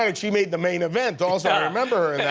and she made the main event, also. i remember